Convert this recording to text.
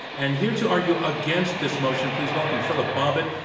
and here to argue against this motion, please welcome philip bobbitt.